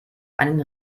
einen